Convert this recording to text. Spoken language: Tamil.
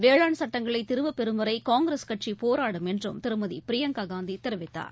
வேளாண் சுட்டங்களை திரும்பப் பெறும் வரை காங்கிரஸ் கட்சி போராடும் என்றும் திருமதி பிரியங்கா காந்தி தெரிவித்தார்